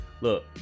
Look